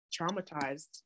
traumatized